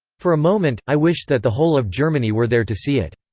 for a moment, i wished that the whole of germany were there to see it.